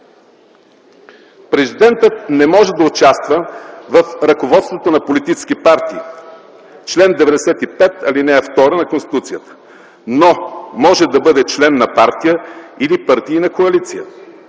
Президентът не може да участва в ръководството на политически партии – чл. 95, ал. 2 на Конституцията, но може да бъде член на партия или партийна коалиция.